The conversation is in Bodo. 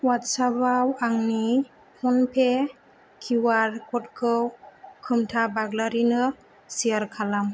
अवाट्सापाव आंनि फ'नपे किउआर क'डखौ खोमथा बाग्लारिनो सेयार खालाम